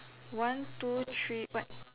one two three but